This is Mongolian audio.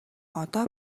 одоо